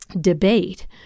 debate